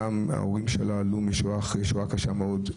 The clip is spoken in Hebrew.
ההורים שלה עלו אחרי שואה קשה מאוד.